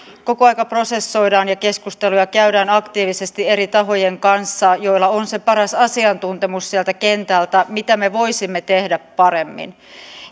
koko ajan prosessoidaan ja keskusteluja käydään aktiivisesti niiden eri tahojen kanssa joilla on se paras asiantuntemus sieltä kentältä siinä mitä me voisimme tehdä paremmin